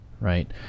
right